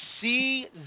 see